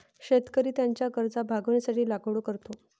शेतकरी त्याच्या गरजा भागविण्यासाठी लागवड करतो